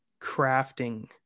crafting